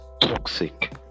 toxic